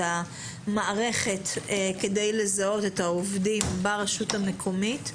המערכת כדי לזהות את העובדים ברשות המקומית,